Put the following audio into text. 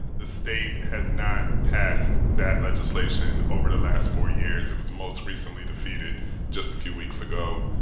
the state has not passed that legislation over the last four years. it was most recently defeated just a few weeks ago.